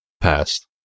past